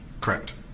correct